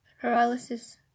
paralysis